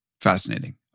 Fascinating